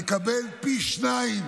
יקבל פי שניים,